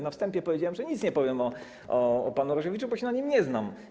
Na wstępie powiedziałem, że nic nie powiem o panu Różewiczu, bo się na nim nie znam.